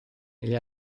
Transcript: negli